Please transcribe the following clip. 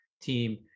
team